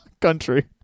Country